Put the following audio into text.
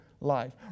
life